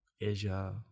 Asia